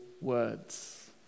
words